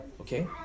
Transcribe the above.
Okay